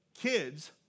kids